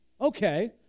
okay